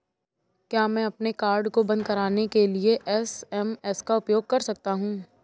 क्या मैं अपने कार्ड को बंद कराने के लिए एस.एम.एस का उपयोग कर सकता हूँ?